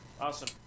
Awesome